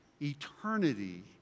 eternity